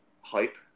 hype